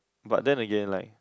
but then again like